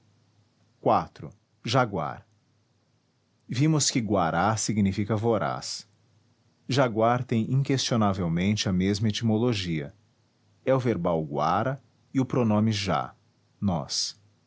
virgem iv jaguar vimos que guará significa voraz jaguar tem inquestionavelmente a mesma etimologia é o verbal guara e o pronome já nós